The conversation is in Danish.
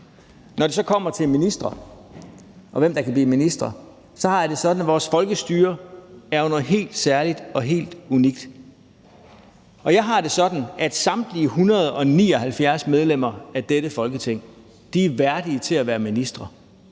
hvem der kan blive ministre, har jeg det sådan, at vores folkestyre jo er noget helt særligt og helt unikt. Jeg har det sådan, at samtlige 179 medlemmer af dette Folketing er værdige til at være ministre.